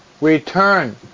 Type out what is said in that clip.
return